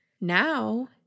Now